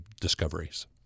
discoveries